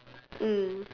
mm